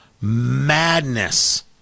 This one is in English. madness